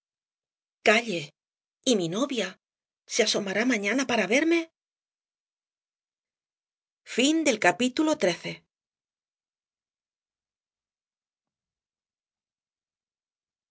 calle y mi novia se asomará mañana para verme